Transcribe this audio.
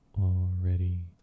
already